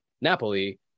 Napoli